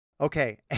Okay